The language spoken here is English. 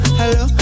hello